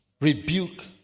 rebuke